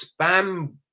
spam-